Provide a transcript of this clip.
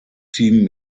team